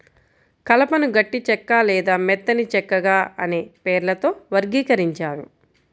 కలపను గట్టి చెక్క లేదా మెత్తని చెక్కగా అనే పేర్లతో వర్గీకరించారు